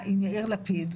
במליאה,